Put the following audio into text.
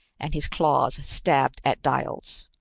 and his claws stabbed at dials.